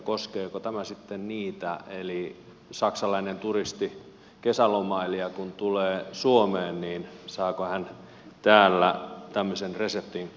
koskeeko tämä sitten niitä eli kun saksalainen turisti kesälomailija tulee suomeen saako hän täällä tämmöisen reseptin käyttöönsä